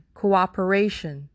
cooperation